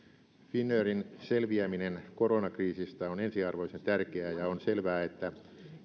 finnairin selviäminen koronakriisistä on ensiarvoisen tärkeää ja on selvää että